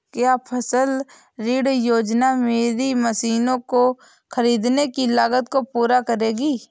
क्या फसल ऋण योजना मेरी मशीनों को ख़रीदने की लागत को पूरा करेगी?